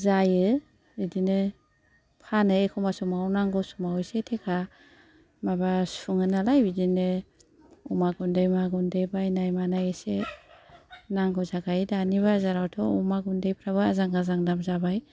जायो बिदिनो फानो एखम्बा समाव नांगौ समाव एसे टेका माबा सुङो नालाय बिदिनो अमा गुन्दै मा गुन्दै बायनाय मानाय एसे नांगौ जाखायो दानि बाजारावथ' अमा गुन्दैफ्राबो आजां गाजां दाम जाबाय